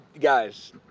guys